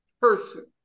person